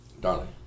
darling